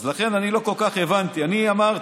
אז לכן אני לא כל כך הבנתי, אני אמרתי,